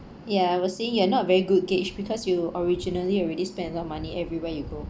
ya I was saying you are not very good gauge because you originally you already spend a lot of money everywhere you go